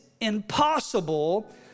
impossible